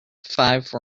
five